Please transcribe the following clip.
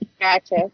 Gotcha